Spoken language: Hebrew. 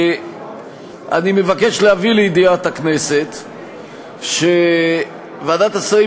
אני מבקש להביא לידיעת הכנסת שוועדת השרים